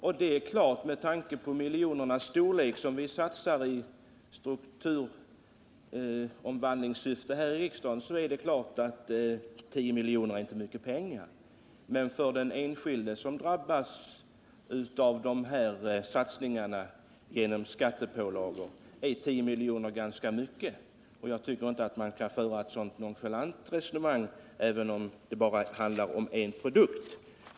Med tanke på de många miljoner vi satsar i strukturomvandlingssyfte här i riksdagen är det klart att 10 miljoner inte är mycket pengar, men för den enskilde som drabbas av de här satsningarna genom skattepålagor är 10 miljoner ganska mycket. Jag tycker inte att man kan föra ett sådant nonchalant resonemang även om det handlar om bara en produkt.